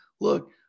Look